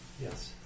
Yes